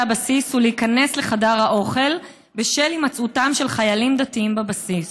הבסיס ולהיכנס לחדר האוכל בשל הימצאותם של חיילים דתיים בבסיס.